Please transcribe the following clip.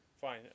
Fine